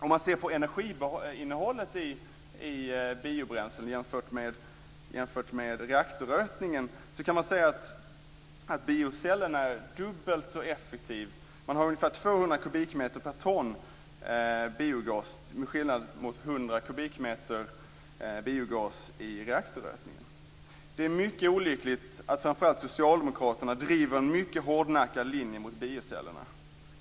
Ser man på energiinnehållet i biobränslen jämfört med reaktorrötning kan man säga att biocellen är dubbelt så effektiv. Den ger ungefär 200 kubikmeter biogas per ton, till skillnad från reaktorrötning som ger 100 kubikmeter biogas. Det är mycket olyckligt att framför allt socialdemokraterna driver en mycket hårdnackad linje mot biocellerna.